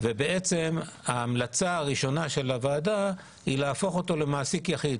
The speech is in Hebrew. ובעצם ההמלצה הראשונה של הוועדה היא להפוך אותו למעסיק יחיד.